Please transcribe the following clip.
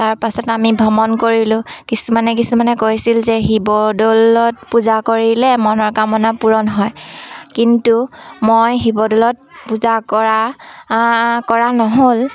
তাৰপাছত আমি ভ্ৰমণ কৰিলোঁ কিছুমানে কিছুমানে কৈছিল যে শিৱদৌলত পূজা কৰিলে মনৰ কামনা পূৰণ হয় কিন্তু মই শিৱদৌলত পূজা কৰা কৰা নহ'ল